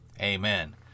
Amen